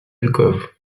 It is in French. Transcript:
alcôve